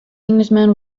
englishman